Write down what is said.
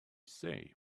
say